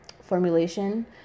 formulation